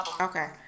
Okay